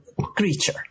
creature